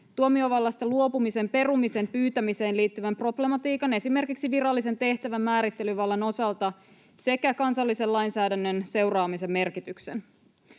tuomiovallasta luopumisen perumisen pyytämiseen liittyvän problematiikan esimerkiksi virallisen tehtävän määrittelyvallan osalta sekä kansallisen lainsäädännön seuraamisen merkityksen.